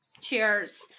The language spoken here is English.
Cheers